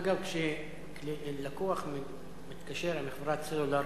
אגב, כשלקוח מתקשר עם חברת סלולר